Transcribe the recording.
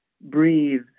breathe